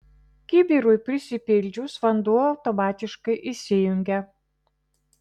kibirui prisipildžius vanduo automatiškai išsijungia